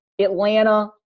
Atlanta